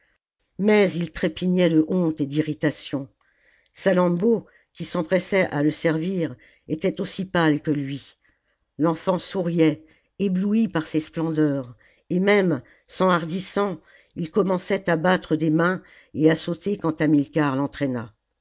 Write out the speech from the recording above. mais il trépignait de honte et d'irritation salammbô qui s'empressait à le servir était aussi pâle que lui l'enfant souriait ébloui par ces splendeurs et même s'enhardissant il commençait à battre des mains et à sauter quand hamilcar l'entraîna